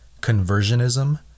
conversionism